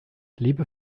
liebe